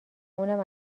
اونم